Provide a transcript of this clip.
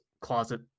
closet